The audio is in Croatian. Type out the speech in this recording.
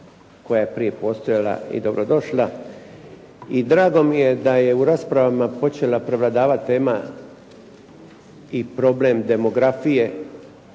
koja je prije postojala i dobrodošla. I drago mi je da je u raspravama počela prevladavati tema i problem demografije,